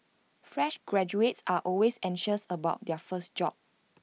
fresh graduates are always anxious about their first job